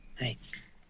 Nice